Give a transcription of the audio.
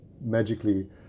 magically